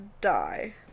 die